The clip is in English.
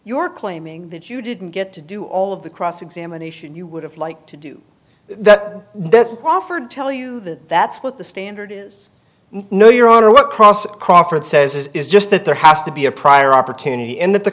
you're claiming that you didn't get to do all of the cross examination you would have liked to do that that offered tell you that that's what the standard is no your honor what cross crawford says is is just that there has to be a prior opportunity and that the